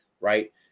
Right